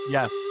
Yes